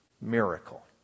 miracle